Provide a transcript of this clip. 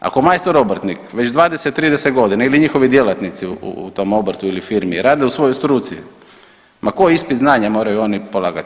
Ako majstor obrtnik već 20, 30 godina ili njihovi djelatnici u tom obrtu ili firmi rade u svojoj struci, ma koji ispit znanja moraju oni polagati?